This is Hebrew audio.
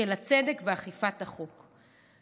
של הצדק ואכיפת החוק,